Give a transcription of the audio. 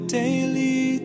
daily